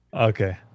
Okay